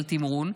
אבל תמרון,